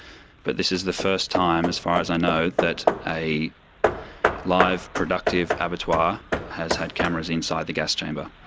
but this is the first time, as far as i know, that a live productive abattoir has had cameras inside the gas chamber.